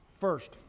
first